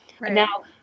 Now